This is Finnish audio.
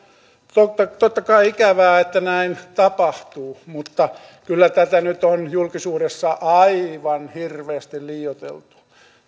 totta totta kai ikävää että näin tapahtuu mutta kyllä tätä nyt on julkisuudessa aivan hirveästi liioiteltu